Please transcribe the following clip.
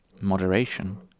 moderation